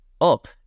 up